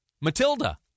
Matilda